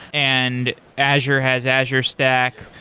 and azure has azure stack.